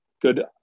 good